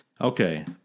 Okay